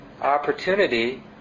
opportunity